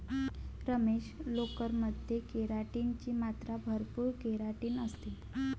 रमेश, लोकर मध्ये केराटिन ची मात्रा भरपूर केराटिन असते